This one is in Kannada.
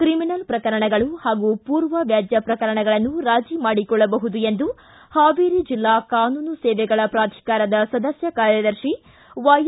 ಕ್ರಿಮಿನಲ್ ಪ್ರಕರಣಗಳು ಹಾಗೂ ಪೂರ್ವ ವ್ಯಾಜ್ಯ ಪ್ರಕರಣಗಳನ್ನು ರಾಜೀ ಮಾಡಿಕೊಳ್ಳಬಹುದು ಎಂದು ಹಾವೇರಿ ಜಿಲ್ಲಾ ಕಾನೂನು ಸೇವೆಗಳ ಪ್ರಾಧಿಕಾರದ ಸದಸ್ಯ ಕಾರ್ಯದರ್ಶಿ ವಾಯ್